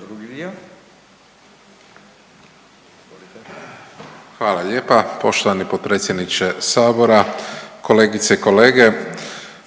(HDZ)** Hvala lijepa poštovani potpredsjedniče Sabora, kolegice i kolege.